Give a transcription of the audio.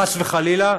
חס וחלילה,